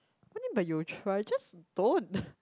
what do you mean by you will try just don't